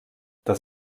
das